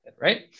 right